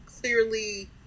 clearly